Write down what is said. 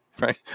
right